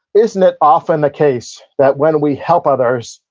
isn't it often the case that, when we help others,